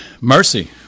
mercy